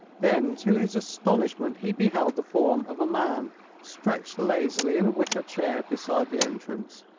then, to his astonishment, he beheld the form of a man stretched lazily in a wicker chair beside the entrance,